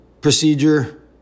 procedure